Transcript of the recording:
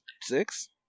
six